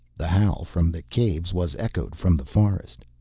the howl from the caves was echoed from the forest.